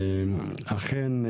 אכן,